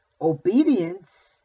obedience